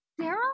Sarah